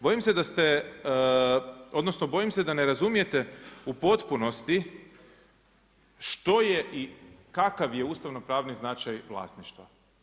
Bojim se da ste, odnosno bojim se da ne razumijete u potpunosti što je i kakav je ustavno-pravni značaj vlasništva.